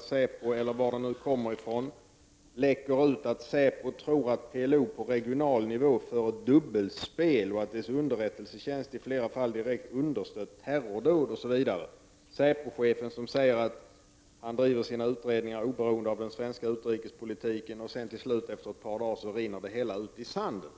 säpo — eller var nu läckorna kommer ifrån — läcker ut att man tror att PLO på regional nivå för ett dubbelspel och att dess underrättelsetjänst i flera fall direkt har understött terrordåd, säpochefen sä ger att han driver sin utredningsverksamhet oberoende av den svenska utrikespolitiken osv. Till slut efter ett par dagar rinner det hela ut i sanden.